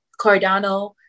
Cardano